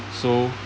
so